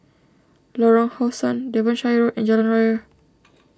Lorong How Sun Devonshire Road and Jalan Raya